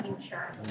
future